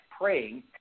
praying